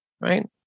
right